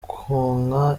konka